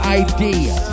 idea